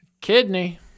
Kidney